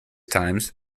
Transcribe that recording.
times